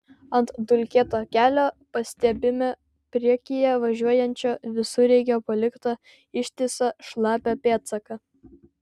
ant dulkėto kelio pastebime priekyje važiuojančio visureigio paliktą ištisą šlapią pėdsaką